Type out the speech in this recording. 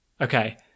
Okay